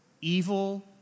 Evil